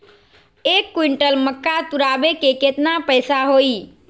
एक क्विंटल मक्का तुरावे के केतना पैसा होई?